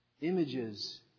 images